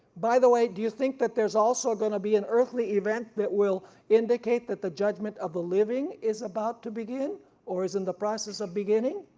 by the way do you think that there's also going to be an earthly event that will indicate that the judgment of the living is about to begin or is in the process of beginning?